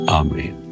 amen